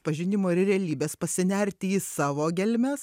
pažinimo ir realybės pasinerti į savo gelmes